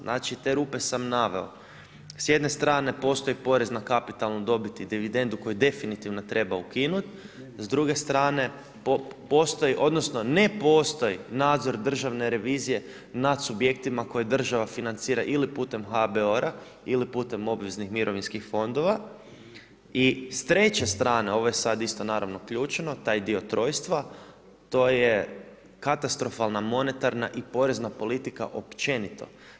Znači te rupe sam naveo, s jedne strane postoji porez na kapitalnu dobit i dividendu koju definitivno treba ukinut, s druge strane postoji odnosno ne postoji nadzor Državne revizije nad subjektima koje država financira ili putem HABOR-a ili putem obveznih mirovinskih fondova i s treće strane, ovo je sada isto naravno ključno taj dio trojstva, to je katastrofalna monetarna i porezna politika općenito.